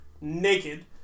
naked